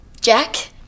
Jack